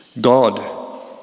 God